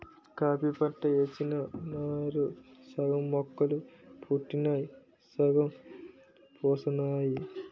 coffee పంట యేసినాను సగం మొక్కలు పుట్టినయ్ సగం పోనాయి